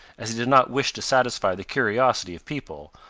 as he did not wish to satisfy the curiosity of people,